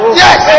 yes